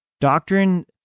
Doctrine